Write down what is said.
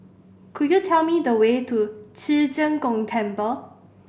could you tell me the way to Ci Zheng Gong Temple